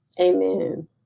Amen